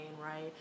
right